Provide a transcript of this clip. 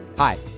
Hi